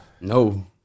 No